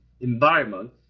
environment